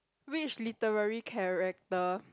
which literary character